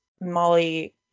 Molly